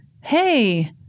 hey